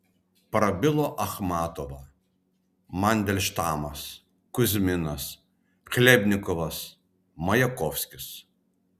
prabilo achmatova mandelštamas kuzminas chlebnikovas majakovskis